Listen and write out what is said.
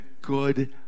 good